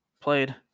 played